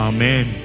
Amen